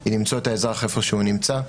היא למצוא את האזרח איפה שהוא נמצא.